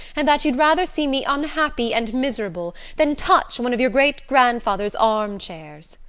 and that you'd rather see me unhappy and miserable than touch one of your great-grandfather's arm-chairs.